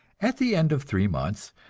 at the end of three months,